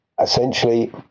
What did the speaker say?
essentially